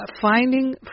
Finding